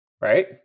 Right